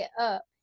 up